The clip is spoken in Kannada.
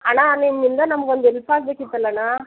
ಅಣ್ಣ ನಿಮ್ಮಿಂದ ನಮ್ಗೊಂದು ಎಲ್ಪಾಗಬೇಕಿತ್ತಲ್ಲಣ್ಣ